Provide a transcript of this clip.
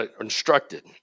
Instructed